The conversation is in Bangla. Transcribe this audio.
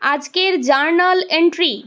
আজকের জার্নাল এন্ট্রি